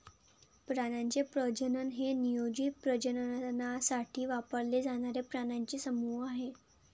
प्राण्यांचे प्रजनन हे नियोजित प्रजननासाठी वापरले जाणारे प्राण्यांचे समूह आहे